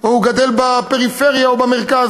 או הוא גדל בפריפריה או במרכז,